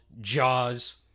Jaws